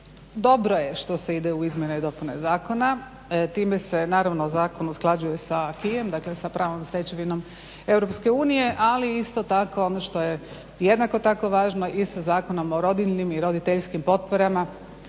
dobro je što se ide u izmjene i dopune zakona, time se naravno zakon usklađuje sa acquisom, dakle sa pravnom stečevinom Europske unije ali isto tako ono što je jednako tako važno i sa Zakonom o rodinim i roditeljskim potporama